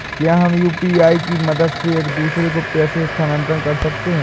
क्या हम यू.पी.आई की मदद से एक दूसरे को पैसे स्थानांतरण कर सकते हैं?